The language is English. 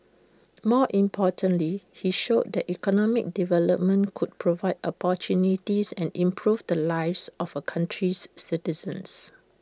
more importantly he showed that economic development could provide opportunities and improve the lives of A country's citizens